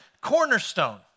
cornerstone